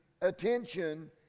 attention